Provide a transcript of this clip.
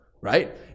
right